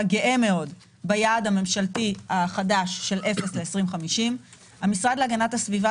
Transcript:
גאה מאוד ביעד הממשלתי החדש של אפס פליטות בשנת 2050. המשרד להגנת הסביבה